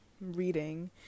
reading